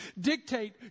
dictate